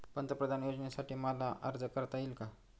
पंतप्रधान योजनेसाठी मला अर्ज करता येईल का?